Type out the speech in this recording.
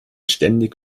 ständig